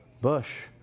Bush